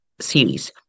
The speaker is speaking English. series